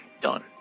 done